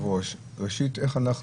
אדוני היושב-ראש, איך אנחנו